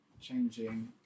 changing